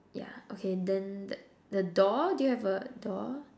yeah okay then that the door do you have a door